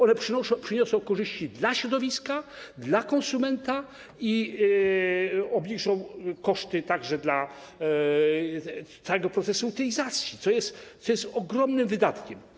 One przyniosą korzyści dla środowiska, dla konsumenta i obniżą koszty także dla całego procesu utylizacji, co jest ogromnym wydatkiem.